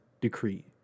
decree